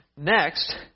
Next